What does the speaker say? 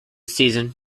season